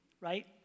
right